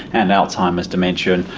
and alzheimer's dementia, and